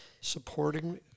supporting